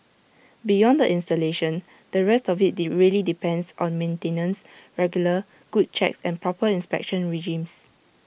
beyond the installation the rest of IT really depends on maintenance regular good checks and proper inspection regimes